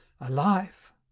Alive